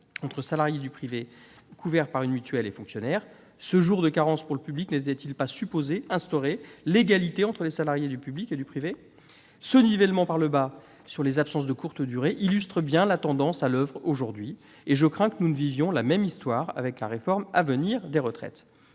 entre salariés du privé couverts par une mutuelle et fonctionnaires. Ce jour de carence pour le public n'était-il pas supposé instaurer l'égalité entre les salariés du public et du privé ? Ce nivellement par le bas sur les absences de courte durée illustre bien la tendance à l'oeuvre aujourd'hui. En outre, je crains que nous ne vivions la même histoire avec la réforme des retraites